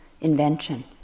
invention